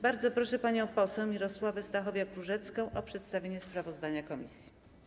Bardzo proszę panią poseł Mirosławę Stachowiak-Różecką o przedstawienie sprawozdania komisji.